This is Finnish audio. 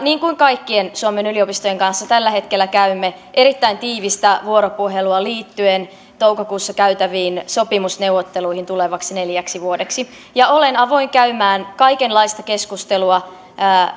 niin kuin kaikkien suomen yliopistojen kanssa tällä hetkellä käymme erittäin tiivistä vuoropuhelua liittyen toukokuussa käytäviin sopimusneuvotteluihin tulevaksi neljäksi vuodeksi olen avoin käymään kaikenlaista keskustelua